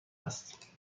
است